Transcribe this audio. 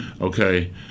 okay